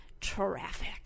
traffic